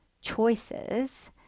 choices